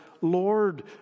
Lord